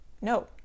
no